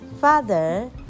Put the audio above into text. father